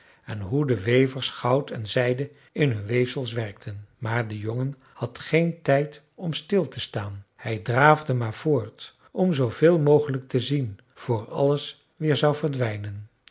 en hoe de wevers goud en zijde in hun weefsels werkten maar de jongen had geen tijd om stil te staan hij draafde maar voort om zooveel mogelijk te zien vr alles weer zou verdwijnen